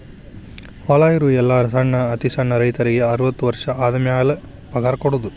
ಹೊಲಾ ಇರು ಎಲ್ಲಾ ಸಣ್ಣ ಅತಿ ಸಣ್ಣ ರೈತರಿಗೆ ಅರ್ವತ್ತು ವರ್ಷ ಆದಮ್ಯಾಲ ಪಗಾರ ಕೊಡುದ